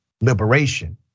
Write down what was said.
liberation